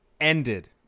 ended